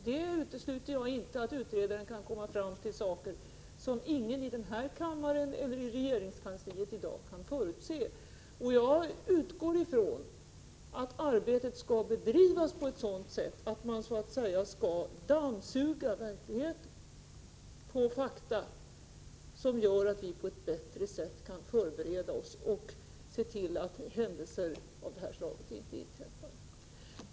Jag utesluter inte att han kommer fram till saker som ingen i denna kammare eller i regeringskansliet i dag kan förutse. Jag utgår från att arbetet skall bedrivas på ett sådant sätt att utredaren dammsuger verkligheten på fakta, så att vi bättre kan förbereda oss och se till att händelser av detta slag inte inträffar.